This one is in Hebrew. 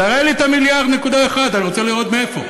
תראה לי את 1.1 המיליארד, אני רוצה לראות מאיפה.